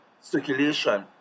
circulation